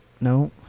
no